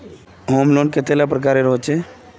Home loan कतेला प्रकारेर होचे?